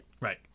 Right